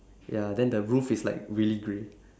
ya then the roof is like really grey